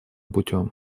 путем